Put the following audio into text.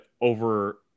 over